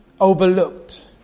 overlooked